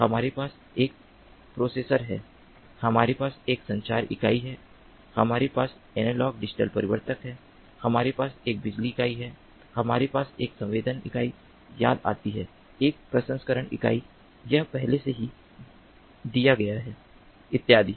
हमारे पास एक प्रोसेसर है हमारे पास एक संचार इकाई है हमारे पास एनालॉग डिजिटल परिवर्तक है हमारे पास एक बिजली इकाई है हमारे पास एक संवेदन इकाई याद आती है एक प्रसंस्करण इकाई यह पहले से ही दिया गया है इत्यादि